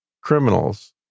criminals